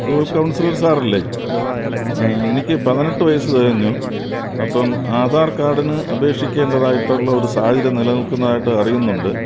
school counsellor സാറല്ലേ എനിക്ക് പതിനെട്ട് വയസ്സ് തികഞ്ഞു അപ്പോള് ആധാർ കാർഡിന് അപേക്ഷിക്കേണ്ടത് ആയിട്ടുള്ള ഒരു സാഹചര്യം നിലനിൽക്കുന്നതായിട്ട് അറിയുന്നുണ്ട്